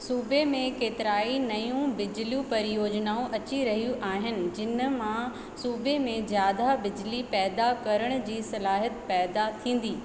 सूबे में केतिराई नयूं बिजली परियोजनाऊं अची रहियूं आहिनि जिन मां सूबे में ज़्यादा बिजिली पैदा करण जी सलाहियत पैदा थींदी